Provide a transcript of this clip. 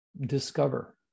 discover